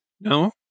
No